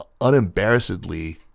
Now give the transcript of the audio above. unembarrassedly